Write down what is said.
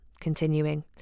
continuing